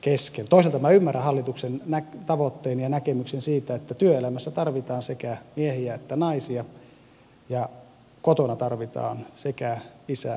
toisaalta minä ymmärrän hallituksen tavoitteen ja näkemyksen siitä että työelämässä tarvitaan sekä miehiä että naisia ja kotona tarvitaan sekä isää että äitiä